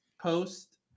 post